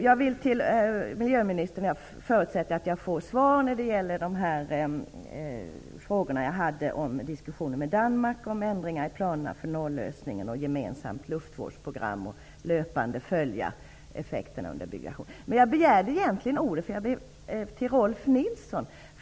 Jag förutsätter att jag får svar från miljöministern när det gäller mina frågor om diskussionen med Danmark om ändringar i planerna för nollösning och gemensamt luftvårdsprogram och att löpande följa effekterna under byggandet. Jag begärde egentligen ordet för att jag vill vända mig till Rolf Nilson.